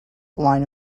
line